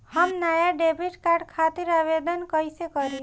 हम नया debit card खातिर आवेदन कईसे करी?